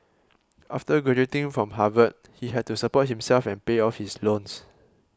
after graduating from Harvard he had to support himself and pay off his loans